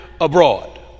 abroad